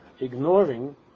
ignoring